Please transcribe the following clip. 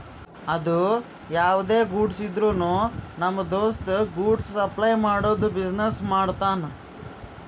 ಅದು ಯಾವ್ದೇ ಗೂಡ್ಸ್ ಇದ್ರುನು ನಮ್ ದೋಸ್ತ ಗೂಡ್ಸ್ ಸಪ್ಲೈ ಮಾಡದು ಬಿಸಿನೆಸ್ ಮಾಡ್ತಾನ್